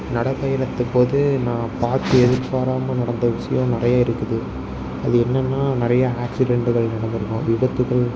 நடைப்பயணத்தின் போது நான் பார்த்து எதிர்பாராமல் நடந்த விஷயம் நிறைய இருக்குது அது என்னன்னால் நிறைய ஆக்சிடென்ட்டுக்கள் நடந்திருக்கும் விபத்துகள்